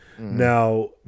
Now